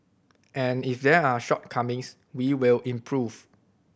and if there are shortcomings we will improve